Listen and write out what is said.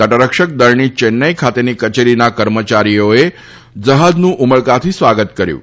તટરક્ષક દળની ચેન્નઇ ખાતેની કચેરીના કર્મચારીઓએ જહાજનું ઉમળકાથી સ્વાગત કર્યું હતું